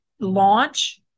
launch